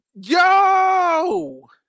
Yo